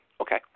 Okay